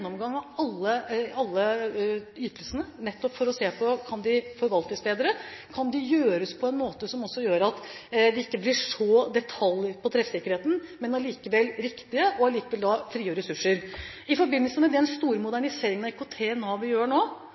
av alle ytelsene, nettopp for å se på om de kan forvaltes bedre. Om de kan forvaltes på en mindre detaljorientert måte, men likevel riktig, så kan det frigjøre ressurser. I forbindelse med den store moderniseringen av IKT i Nav som vi gjør nå,